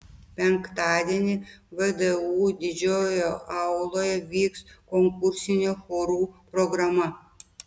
penktadienį vdu didžiojoje auloje vyks konkursinė chorų programa